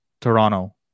Toronto